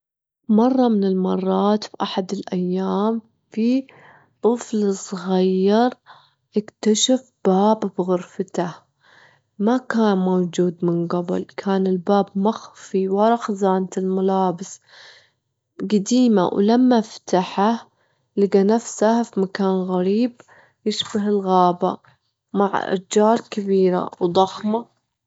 في مرة من المرات، في أحد الأيام، في طفل صغير اكتشف باب بغرفته ما كان موجود من جبل، كان الباب مخفي ورا خزانة الملابس جديمة، ولما فتحه لجي نفسه في مكان غريب يشبه الغابة مع أشجار كبيرة وضخمة.